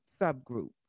subgroup